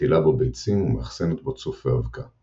מטילה בו ביצים ומאחסנת בו צוף ואבקה;